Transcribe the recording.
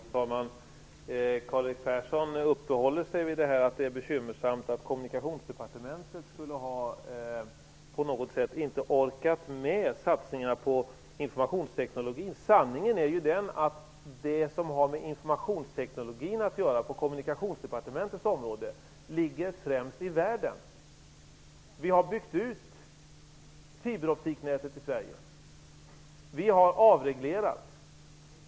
Fru talman! Karl-Erik Persson uppehåller sig vid att det är bekymmersamt att Kommunikationsdepartementet inte skulle ha orkat med satsningen på informationsteknologin. Sanningen är den att det som har med informationsteknologin att göra på Kommunikationsdepartementets område ligger främst i världen. Vi har byggt ut fiberoptiknätet i Sverige. Vi har avreglerat.